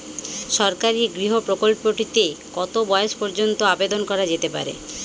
সরকারি গৃহ প্রকল্পটি তে কত বয়স পর্যন্ত আবেদন করা যেতে পারে?